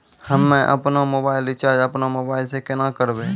हम्मे आपनौ mobile recharge आपनौ मोबाइल से केना करवै?